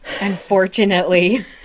unfortunately